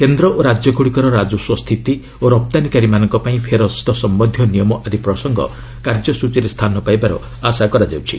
କେନ୍ଦ୍ର ଓ ରାଜ୍ୟ ଗୁଡ଼ିକର ରାଜସ୍ପ ସ୍ଥିତି ଓ ରପ୍ତାନୀକାରୀମାନଙ୍କ ପାଇଁ ଫେରସ୍ତ ସମ୍ଭନ୍ଧୀୟ ନିୟମ ଆଦି ପ୍ରସଙ୍ଗ କାର୍ଯ୍ୟସଚୀରେ ସ୍ଥାନ ପାଇବାର ଆଶା କରାଯାଉଛି